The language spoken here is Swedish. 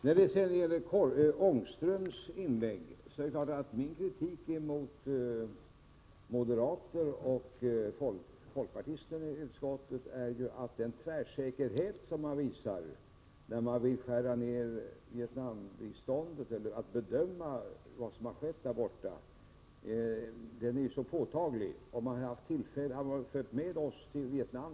När det sedan gäller Rune Ångströms inlägg vill jag säga att min kritik mot moderater och folkpartister i utskottet gäller den tvärsäkerhet som man visar när man vill skära ned Vietnambiståndet och gör bedömningar av vad som hänt där borta. Den är så påtaglig. Ni hade ju tillfälle att följa med oss till Vietnam.